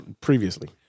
previously